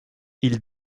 ils